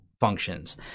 functions